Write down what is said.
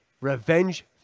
Revenge